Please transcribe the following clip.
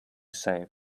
say